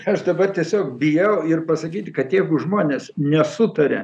aš dabar tiesiog bijau ir pasakyti kad jeigu žmonės nesutaria